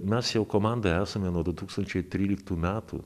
mes jau komanda esame nuo du tūkstančiai tryliktų metų